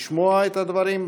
לשמוע את הדברים.